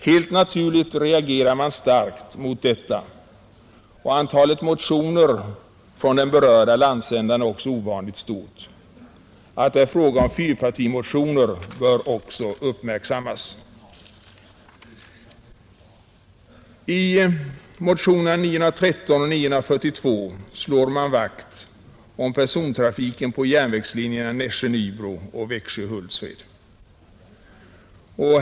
Helt naturligt reagerar man starkt mot detta, och antalet motioner från vår landsända är också ovanligt stort. Att det är fråga om fyrpartimotioner bör också uppmärksammas. I motionerna 913 och 942 slår vi vakt om persontrafiken på järnvägslinjerna Nässjö-Nybro och Växjö—Hultsfred.